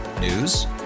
News